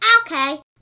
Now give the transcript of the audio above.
Okay